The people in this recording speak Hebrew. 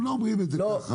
הם לא אומרים את זה כך.